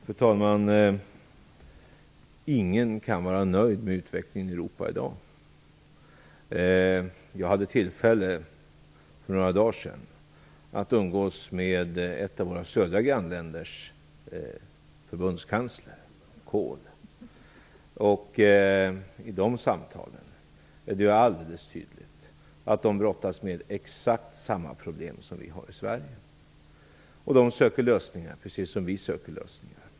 Fru talman! Ingen kan vara nöjd med utvecklingen i Europa i dag. Jag hade tillfälle för några dagar sedan att umgås med ett av våra södra grannländers förbundskansler, Kohl. I de samtalen var det alldeles tydligt att tyskarna brottas med exakt samma problem som vi har i Sverige. De söker lösningar precis som vi söker lösningar.